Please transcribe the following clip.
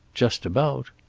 just about.